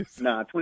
Nah